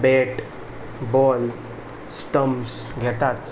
bat balls stumps घेतात